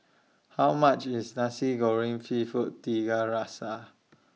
How much IS Nasi Goreng Seafood Tiga Rasa